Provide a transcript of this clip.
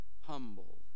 humble